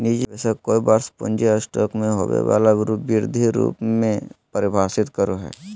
निजी निवेशक कोय वर्ष पूँजी स्टॉक में होबो वला वृद्धि रूप में परिभाषित करो हइ